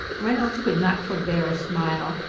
reynolds could not forbear a smile.